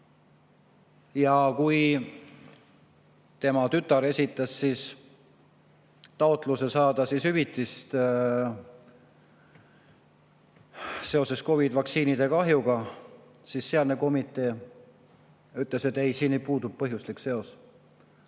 Ja kui tema tütar esitas taotluse saada hüvitist seoses COVID‑i vaktsiinide kahjuga, siis sealne komitee ütles, et ei, siin puudub põhjuslik seos.